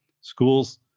schools